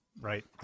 Right